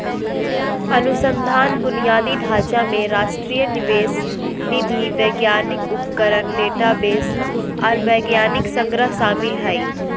अनुसंधान बुनियादी ढांचा में राष्ट्रीय निवेश निधि वैज्ञानिक उपकरण डेटाबेस आर वैज्ञानिक संग्रह शामिल हइ